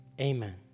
Amen